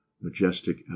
majestic